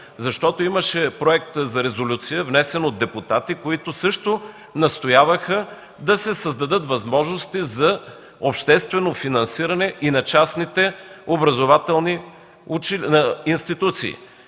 защото имаше проект за резолюция, внесен от депутати, които също настояваха да се създадат възможности за обществено финансиране и на частните образователни институции.